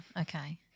okay